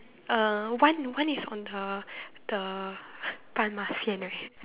uh one one is on the the